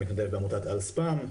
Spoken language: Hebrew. אני מתנדב בעמותת "אל ספאם",